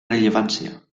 rellevància